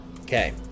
Okay